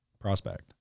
prospect